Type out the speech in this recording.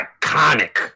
iconic